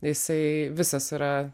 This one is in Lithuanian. jisai visas yra